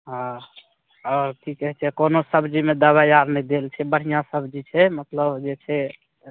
हँ आओर की कहै छै कोनो सबजीमे दबाइ आर नहि देल छै बढ़िआँ सबजी छै मतलब जे छै